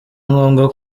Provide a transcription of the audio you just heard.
ngomba